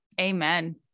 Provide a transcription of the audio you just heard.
Amen